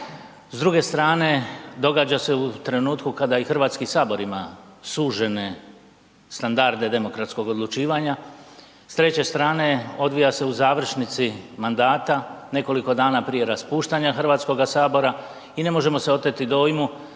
S druge strane, događa se u trenutku kada i HS ima sužene standarde demokratskog odlučivanja. S treće strane, odvija se u završnici mandata, nekoliko dana prije raspuštanja HS-a i ne možemo se oteti dojmu